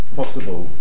possible